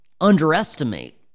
underestimate